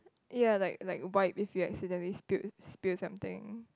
ya like like wipe if you accidentally spilt spill something